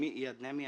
שמי איאד נעמה,